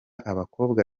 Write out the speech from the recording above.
bakobwa